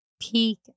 peak